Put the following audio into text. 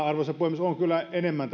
arvoisa puhemies olen kyllä enemmän